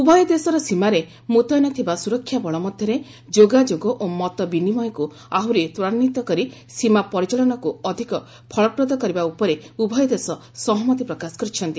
ଉଭୟ ଦେଶର ସୀମାରେ ମ୍ରତୟନ ଥିବା ସ୍ୱରକ୍ଷା ବଳ ମଧ୍ୟରେ ଯୋଗାଯୋଗ ଓ ମତ ବିନିମୟକୁ ଆହୁରି ତ୍ୱରାନ୍ୱିତ କରି ସୀମା ପରିଚାଳନାକୁ ଅଧିକ ଫଳପ୍ରଦ କରିବା ଉପରେ ଉଭୟ ଦେଶ ସହମତି ପ୍ରକାଶ କରିଛନ୍ତି